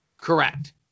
Correct